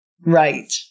Right